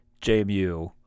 JMU